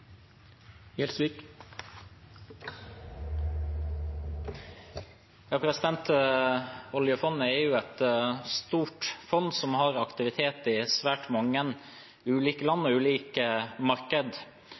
et stort fond som har aktivitet i svært mange ulike land